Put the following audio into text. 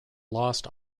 lost